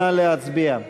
נא להצביע.